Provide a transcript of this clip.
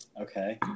Okay